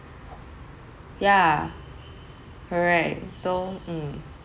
yeah correct so mm